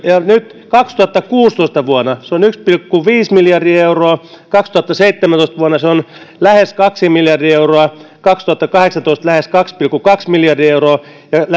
nyt vuonna kaksituhattakuusitoista se on yksi pilkku viisi miljardia euroa vuonna kaksituhattaseitsemäntoista se on lähes kaksi miljardia euroa kaksituhattakahdeksantoista lähes kaksi pilkku kaksi miljardia ja